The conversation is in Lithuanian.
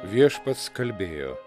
viešpats kalbėjo